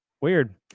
Weird